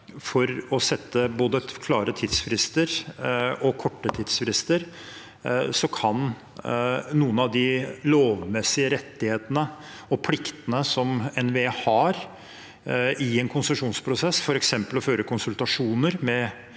for å sette både klare og korte tidsfrister kan noen av de lovmessige rettighetene og pliktene som NVE har i en konsesjonsprosess, f.eks. å føre konsultasjoner med